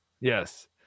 Yes